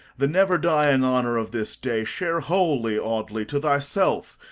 the never dying honor of this day share wholly, audley, to thy self,